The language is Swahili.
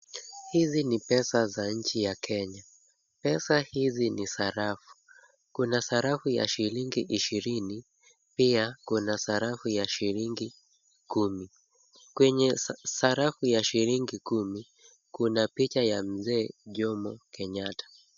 Hizi ni pesa za nchi ya Kenya. Pesa hizi ni sarafu. Kuna sarafu ya shilingi ishirini, pia kuna sarafu ya shilingi kumi. Kwenye sarafu ya shilingi kumi, kuna picha ya mzee Jomo Kenyatta.